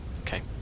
Okay